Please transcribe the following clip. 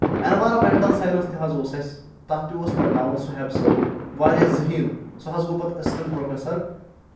environmental science تہِ حظ اوس اسہِ تَتھ تہِ اوس پرناوان صحیب صٲب واریاہ ذہین سُہ حظ گوٚو پَتہٕ أسٹنٹ پروفیسر